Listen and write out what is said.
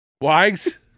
Wags